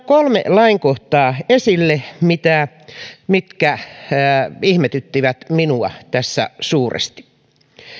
kolme lainkohtaa esille mitkä ihmetyttivät minua tässä suuresti